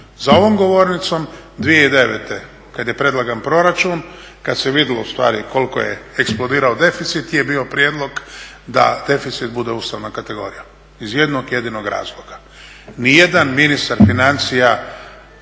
Za ovom govornicom 2009. kad je predlagan proračun, kad se vidjelo ustvari koliko je eksplodirao deficit je bio prijedlog da deficit bude ustavna kategorija iz jednog jedinog razloga. Ni jedan ministar financija